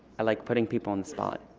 i like putting people on the spot